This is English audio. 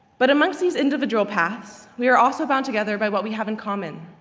but amongst these individual paths, we are also bound together by what we have in common.